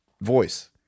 voice